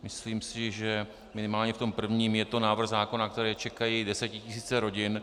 Myslím si, že minimálně v tom prvním je to návrh zákona, na který čekají desetitisíce rodin.